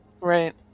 Right